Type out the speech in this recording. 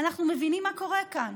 אנחנו מבינים מה קורה כאן.